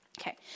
Okay